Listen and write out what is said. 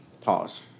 Pause